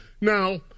now